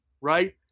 Right